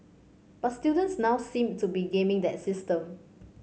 but students now seem to be gaming that system